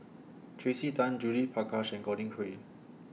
Tracey Tan Judith Prakash and Godwin Koay